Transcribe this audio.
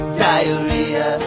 diarrhea